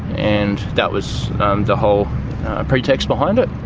and that was the whole pretext behind it.